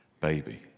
baby